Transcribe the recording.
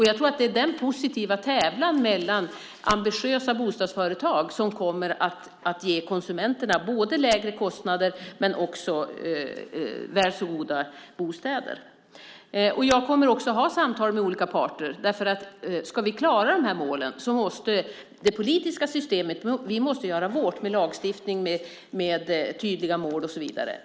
Jag tror att det är den positiva tävlan mellan ambitiösa bostadsföretag som kommer att ge konsumenterna både lägre kostnader och väl så goda bostäder. Jag kommer också att ha samtal med olika parter. Ska vi klara de här målen måste vi i det politiska systemet göra vårt med lagstiftning, tydliga mål och så vidare.